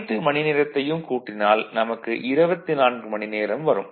அனைத்து மணி நேரத்தையும் கூட்டினால் நமக்க 24 மணி நேரம் வரும்